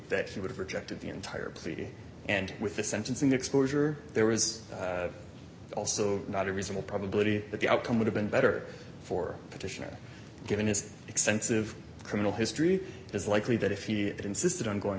that he would have rejected the entire plea and with the sentencing exposure there was also not a reasonable probability that the outcome would have been better for petitioner given his extensive criminal history is likely that if he insisted on going